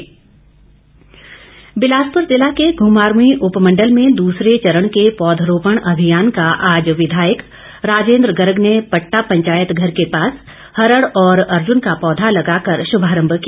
राजेन्द्र गर्ग बिलासपुर जिला के घुमारवीं उपमंडल में दूसरे चरण के पौधरोपण अभियान का आज विधायक राजेन्द्र गर्ग ने पट्टा पंचायत घर के पास हरड़ और अर्जन का पौध लगाकर शुभारंभ किया